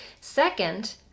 second